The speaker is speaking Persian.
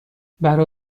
برا